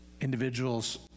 individuals